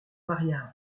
mariage